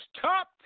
Top